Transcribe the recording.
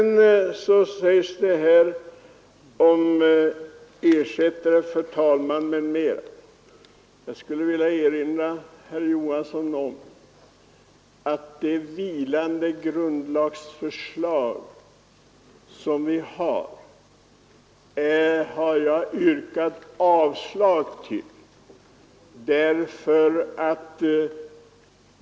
När det gäller ersättare för talmannen m.m. vill jag erinra herr Johansson om att jag har yrkat avslag på det vilande grundlagsförslaget.